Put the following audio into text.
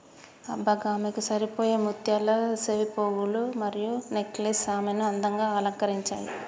అబ్బ గామెకు సరిపోయే ముత్యాల సెవిపోగులు మరియు నెక్లెస్ ఆమెను అందంగా అలంకరించాయి